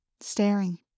Staring